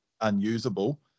unusable